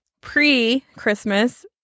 pre-Christmas